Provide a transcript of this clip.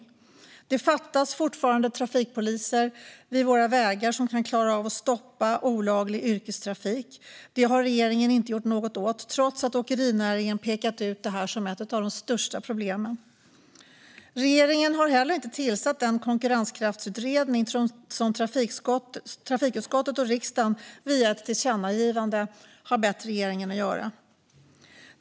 Vid våra vägar fattas fortfarande trafikpoliser som kan klara av att stoppa olaglig yrkestrafik. Det har regeringen inte gjort något åt, trots att åkerinäringen har pekat ut det som ett av de största problemen. Regeringen har inte heller tillsatt den konkurrenskraftsutredning som trafikutskottet och riksdagen via ett tillkännagivande har bett regeringen att göra.